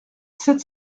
sept